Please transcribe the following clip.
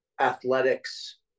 athletics